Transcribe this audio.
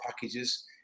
packages